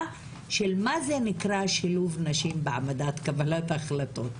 של מה זה נקרא שילוב נשים בהעמדת בקבלת החלטות,